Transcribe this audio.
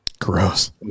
Gross